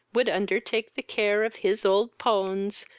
would undertake the care of his old pones,